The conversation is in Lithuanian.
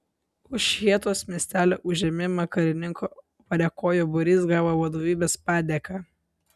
už šėtos miestelio užėmimą karininko variakojo būrys gavo vadovybės padėką